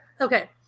Okay